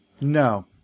No